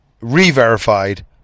re-verified